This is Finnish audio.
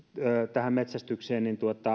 tähän metsästykseen